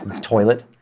Toilet